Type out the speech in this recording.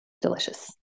delicious